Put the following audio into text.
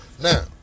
Now